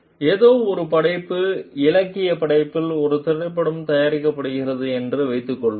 ஏதோ ஒரு படைப்பு இலக்கியப் படைப்பில் ஒரு திரைப்படம் தயாரிக்கப்படுகிறது என்று வைத்துக்கொள்வோம்